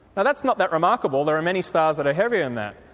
and that's not that remarkable, there are many stars that are heavier than that,